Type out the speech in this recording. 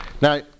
Now